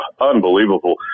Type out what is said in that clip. unbelievable